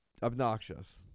obnoxious